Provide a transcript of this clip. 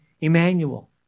Emmanuel